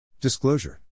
Disclosure